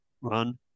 run